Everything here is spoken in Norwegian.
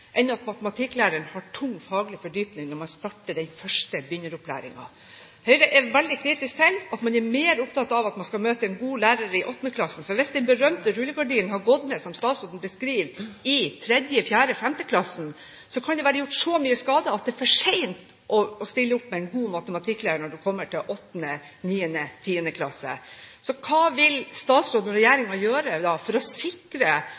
enn at matematikklæreren har tung faglig fordypning når man starter begynneropplæringen. Høyre er veldig kritisk til at man er mer opptatt av at man skal møte en god lærer i 8. klasse, for hvis den berømte rullegardinen har gått ned, som statsråden beskriver, i 3., 4. eller 5. klasse, kan det være gjort så mye skade at det er for sent å stille opp med en god matematikklærer når man kommer til 8., 9. eller 10. klasse. Hva vil statsråden og regjeringen gjøre for å sikre